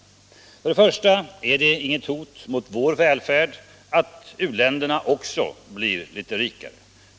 För det första är det inget hot mot vår välfärd att också u-länderna blir rikare.